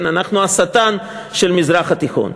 אנחנו השטן של המזרח התיכון.